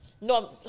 No